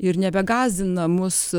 ir nebegąsdina mus